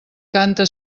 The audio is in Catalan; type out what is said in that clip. canta